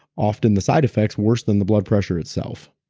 often the side effects worse than the blood pressure itself.